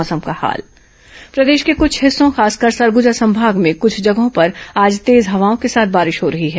मौसम प्रदेश के कुछ हिस्सों खासकर सरगुजा संभाग में कुछ जगहों पर आज तेज हवाओं के साथ बारिश हो रही है